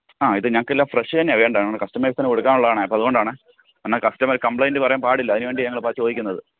ആ ഇത് ഞങ്ങൾക്ക് എല്ലാം ഫ്രഷ് തന്നെയാ വേണ്ടത് ഞങ്ങളുടെ കസ്റ്റമേസിന് കൊടുക്കാനുള്ളതാണെ അപ്പം അതുകൊണ്ടാണെ കാരണം കസ്റ്റമര് കംപ്ലൈന്റ് പറയാൻ പാടില്ല അതിന് വേണ്ടിയാണ് ഞങ്ങൾ ചോദിക്കുന്നത്